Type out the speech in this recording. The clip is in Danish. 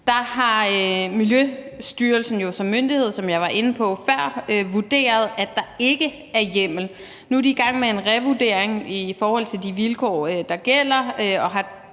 nu, har Miljøstyrelsen som myndighed, som jeg var inde på før, vurderet, at der ikke er hjemmel. Nu er de i gang med en revurdering i forhold til de vilkår, der gælder, og har